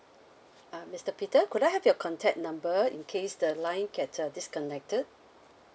uh mister peter could I have your contact number in case the line get uh disconnected